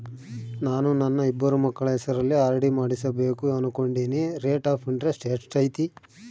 ನಾನು ನನ್ನ ಇಬ್ಬರು ಮಕ್ಕಳ ಹೆಸರಲ್ಲಿ ಆರ್.ಡಿ ಮಾಡಿಸಬೇಕು ಅನುಕೊಂಡಿನಿ ರೇಟ್ ಆಫ್ ಇಂಟರೆಸ್ಟ್ ಎಷ್ಟೈತಿ?